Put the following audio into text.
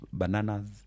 bananas